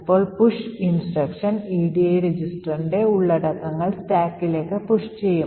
ഇപ്പോൾ push നിർദ്ദേശം edi registerൻറെ ഉള്ളടക്കം സ്റ്റാക്കിലേക്ക് പുഷ് ചെയ്യും